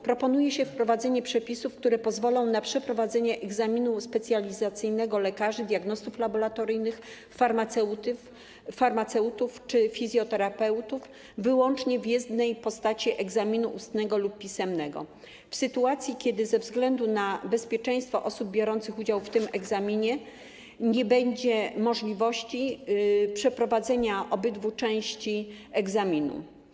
Proponuje się wprowadzenie przepisów, które pozwolą na przeprowadzenie egzaminu specjalizacyjnego lekarzy, diagnostów laboratoryjnych, farmaceutów czy fizjoterapeutów wyłącznie w jednej postaci, egzaminu ustnego lub pisemnego, w sytuacji kiedy ze względu na bezpieczeństwo osób biorących udział w tym egzaminie nie będzie możliwości przeprowadzenia obydwu części egzaminu.